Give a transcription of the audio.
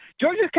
Georgia